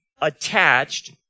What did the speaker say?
attached